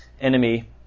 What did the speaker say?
enemy